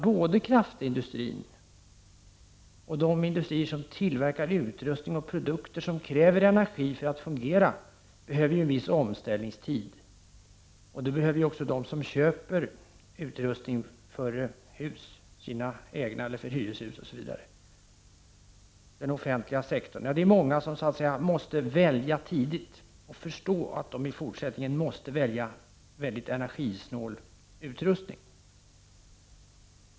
Både kraftindustrin och de industrier som tillverkar utrustning och produkter som kräver energi för att fungera behöver ju en viss omställningstid. Det behöver även de som köper utrustning för villor, hyreshus eller den offentliga sektorn. Det är många som måste välja tidigt och förstå att de i fortsättningen måste välja en mycket energisnål utrustning.